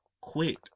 quit